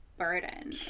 burden